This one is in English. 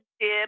dip